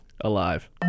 alive